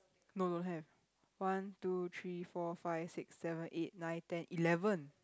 no don't have one two three four five six seven eight nine ten eleven